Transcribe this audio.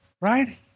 right